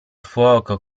fuoco